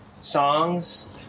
songs